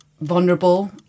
vulnerable